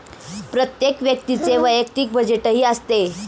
प्रत्येक व्यक्तीचे वैयक्तिक बजेटही असते